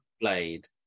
blade